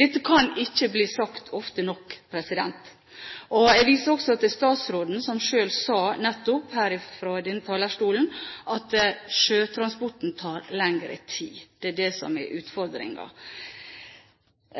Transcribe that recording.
Dette kan ikke bli sagt ofte nok. Jeg viser også til statsråden, som nettopp sa fra denne talerstolen at sjøtransporten tar lengre tid. Det er det som er utfordringen